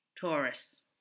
Taurus